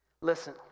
Listen